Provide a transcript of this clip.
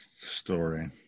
story